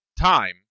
time